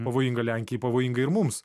pavojinga lenkijai pavojinga ir mums